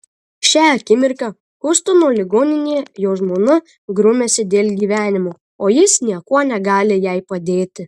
šią akimirką hjustono ligoninėje jo žmona grumiasi dėl gyvenimo o jis niekuo negali jai padėti